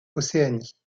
océanie